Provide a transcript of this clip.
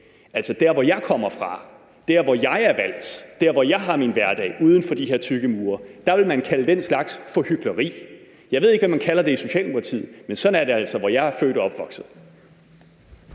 Altså, dér hvor jeg kommer fra, dér hvor jeg er valgt, dér hvor jeg har min hverdag uden for de her tykke mure, ville man kalde den slags for hykleri. Jeg ved ikke, hvad man kalder det i Socialdemokratiet, men sådan er det altså, hvor jeg er født og opvokset.